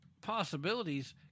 possibilities